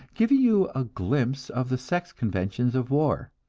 giving you a glimpse of the sex conventions of war.